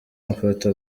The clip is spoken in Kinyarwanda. mafoto